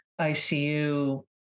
icu